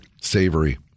Savory